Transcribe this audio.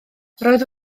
roedd